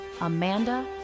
amanda